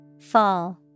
Fall